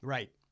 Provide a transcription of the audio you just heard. Right